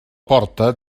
porta